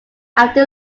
after